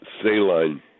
saline